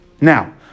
Now